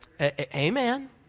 amen